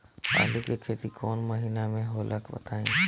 आलू के खेती कौन महीना में होला बताई?